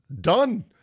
done